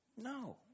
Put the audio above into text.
No